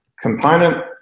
component